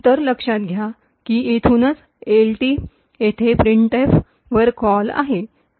तर लक्षात घ्या की येथूनच एलटी येथे प्रिंटएफ वर कॉल आहे